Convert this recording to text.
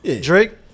drake